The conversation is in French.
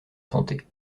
santé